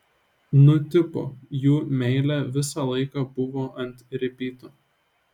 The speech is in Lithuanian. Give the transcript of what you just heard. nu tipo jų meilė visą laiką buvo ant ripyto